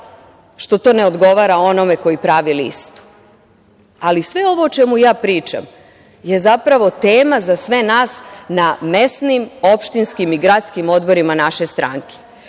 što to ne odgovara onome koji pravi listu. Sve ovo o čemu ja pričam je zapravo tema za sve nas na mesnim, opštinskim i gradskim odborima naše stranke.